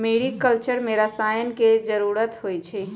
mariculture में रसायन के जरूरत होई छई